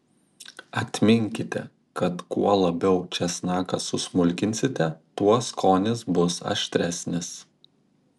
atminkite kad kuo labiau česnaką susmulkinsite tuo skonis bus aštresnis